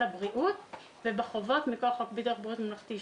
הבריאות ובחובות מכוח חוק ביטוח בריאות ממלכתי,